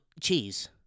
cheese